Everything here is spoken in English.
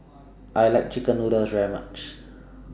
I like Chicken Noodles very much